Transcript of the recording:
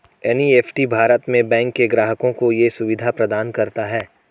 NEFT Bharat में bank के ग्राहकों को ये सुविधा प्रदान करता है